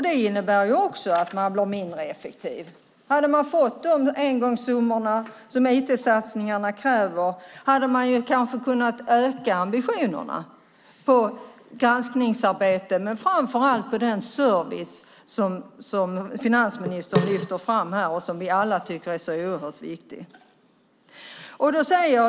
Det innebär att man blir mindre effektiv. Hade man fått de engångssummor som IT-satsningarna kräver hade man kanske kunnat öka ambitionerna på granskningsarbetet men framför allt på den service som finansministern lyfter fram och som vi alla tycker är viktig.